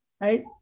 Right